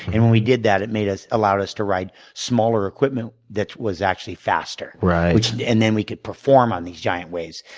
and when we did that, it made us allowed us to ride smaller equipment that was actually faster. right. and then we could perform on these giant waves.